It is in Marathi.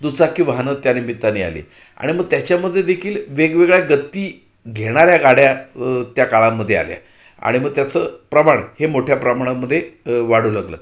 दुचाकी वाहनं त्या निमित्तानी आली आणि मग त्याच्यामध्ये देखील वेगवेगळ्या गत्ती घेणाऱ्या गाड्या त्या काळामध्ये आल्या आणि मग त्याचं प्रमाण हे मोठ्या प्रमाणामध्ये वाढु लागलं